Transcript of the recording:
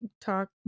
talk